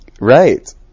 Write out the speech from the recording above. Right